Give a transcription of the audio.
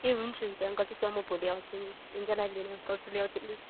ए हुन्छ हुन्छ अङ्कल त्यसो भए म भोलि आउँछु नि लिन राखिदिनु अङ्कल म भोलि आउँछु नि